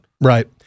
Right